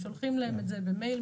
שולחים אליהם את זה במייל,